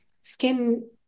skin